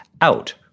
out